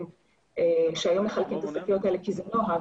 שהיו מחלקים את השקיות האלה כי זה נוהג,